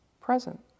present